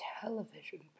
Television